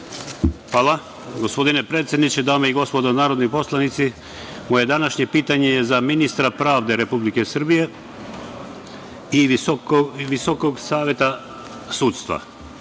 Hvala, gospodine predsedniče. Dame i gospodo narodni poslanici, moje današnje pitanje je za ministra pravde Republike Srbije i Visokog saveta sudstva. Visoki